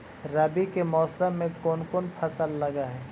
रवि के मौसम में कोन कोन फसल लग है?